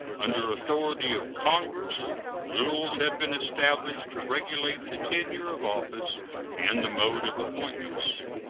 under authority of congress rules have been established to regulate the tenure of office and the mode of appointments.